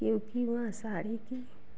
क्योंकि वह साड़ी की